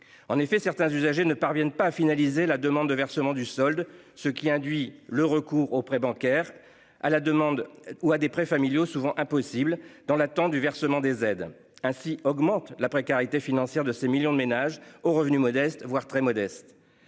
en effet certains usagers ne parviennent pas à finaliser la demande de versement du solde ce qui induit le recours aux prêts bancaires, à la demande ou à des prêts familiaux souvent impossibles dans l'attente du versement des aides ainsi augmente la précarité financière de ces millions de ménages aux revenus modestes, voire très modestes.